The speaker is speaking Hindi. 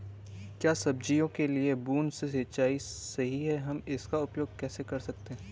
क्या सब्जियों के लिए बूँद से सिंचाई सही है हम इसका उपयोग कैसे कर सकते हैं?